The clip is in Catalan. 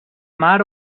mar